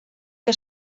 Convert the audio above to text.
que